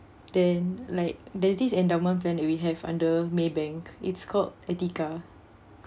then like there's this endowment plan that we have under Maybank it's called Etiqa